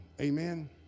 Amen